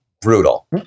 brutal